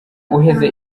uheze